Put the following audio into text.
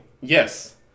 yes